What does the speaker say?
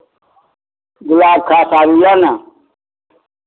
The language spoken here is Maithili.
गुलाब खास आरु यए ने